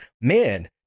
man